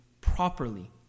properly